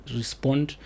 respond